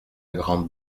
grande